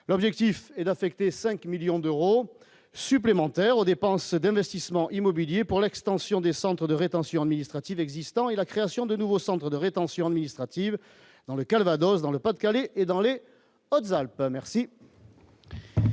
l'objectif est d'affecter 5 millions d'euros supplémentaires aux dépenses d'investissement immobiliers pour l'extension des centres de rétention administrative existants et la création de nouveaux centres de rétention administrative, dans le Calvados, dans le Pas-de-Calais et dans les Hautes-Alpes, merci.